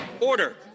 Order